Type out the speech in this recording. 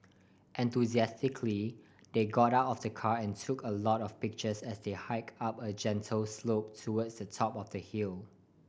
enthusiastically they got out of the car and took a lot of pictures as they hike up a gentle slope towards the top of the hill